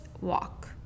walk